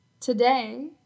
Today